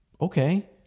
Okay